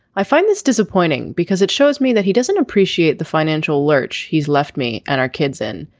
i find this disappointing because it shows me that he doesn't appreciate the financial lurch he's left me and our kids in.